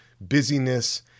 busyness